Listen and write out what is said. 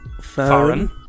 foreign